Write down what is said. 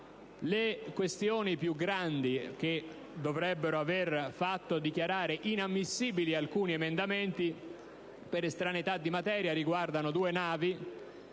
Le questioni più grandi, che avrebbero dovuto far dichiarare inammissibili alcuni emendamenti, per estraneità di materia, riguardano in